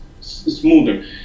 smoother